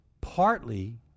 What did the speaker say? partly